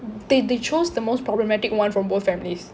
they they chose the most problematic one from both families